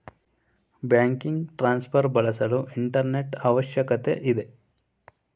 banking transfer ಬಳಸಲು internet ಅವಶ್ಯಕತೆ ಇದೆ